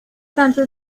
tanto